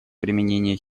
применения